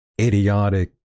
idiotic